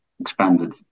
expanded